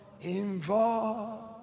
involved